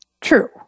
True